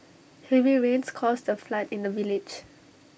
heavy rains caused A flood in the village